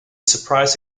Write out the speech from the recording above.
surprise